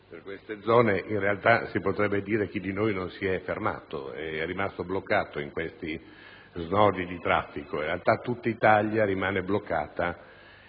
per queste zone; in realtà, si potrebbe chiedere chi di noi non sia rimasto bloccato in questi snodi di traffico. In realtà tutta Italia rimane bloccata